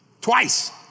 Twice